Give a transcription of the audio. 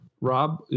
Rob